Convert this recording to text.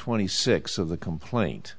twenty six of the complaint